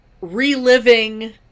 reliving